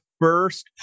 first